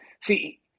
See